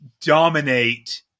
dominate